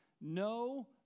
no